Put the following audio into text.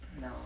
no